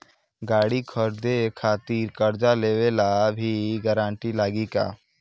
गाड़ी खरीदे खातिर कर्जा लेवे ला भी गारंटी लागी का?